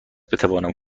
بتوانم